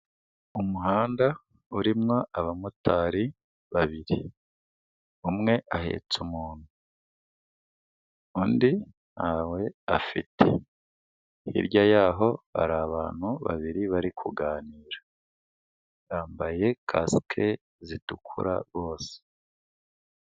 Umuhanda urimo abamotari babiri, umwe ahetse umuntu, undi ntawe afite, hirya yaho hari abantu babiri bari kuganira, bambaye kasike zitukura bose.